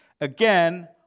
Again